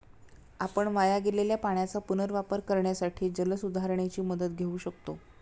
आपण वाया गेलेल्या पाण्याचा पुनर्वापर करण्यासाठी जलसुधारणेची मदत घेऊ शकतो